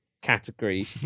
category